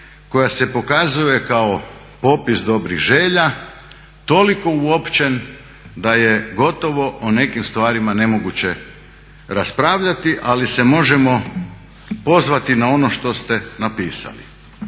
koja se pokazuje kao popis dobrih želja, toliko uopćen da je gotovo o nekim stvarima nemoguće raspravljati ali se možemo pozvati na ono što ste napisali.